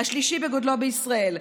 השלישי בגודלו בישראל.